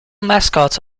mascots